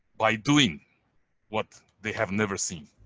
by doing what they have never seen.